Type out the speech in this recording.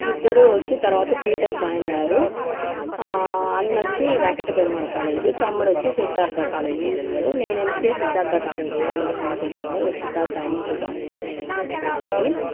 ఇద్దరు వచ్చి తరువాత బీటెక్ జాయిన్ అయ్యారు అన్న వచ్చి వెంకట పెరుమాళ్ కాలేజ్ తమ్ముడు వచ్చి సిద్దార్థ కాలేజ్లో చదివాడు నేను ఎంసీఏ సిద్దార్థ కాలే కాలేజ్లోనే చదివాను Siddhartha institute of engineering and technology